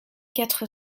quatre